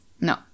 No